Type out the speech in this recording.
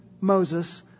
Moses